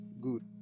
good